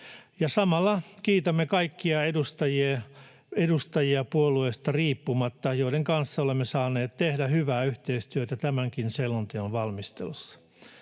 Samalla kiitämme puolueesta riippumatta kaikkia edustajia, joiden kanssa olemme saaneet tehdä hyvää yhteistyötä tämänkin selonteon valmistelussa.